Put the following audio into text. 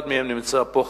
אחד מהם נמצא פה,